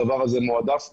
הדבר הזה מועדף ועדיף.